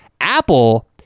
Apple